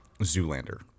Zoolander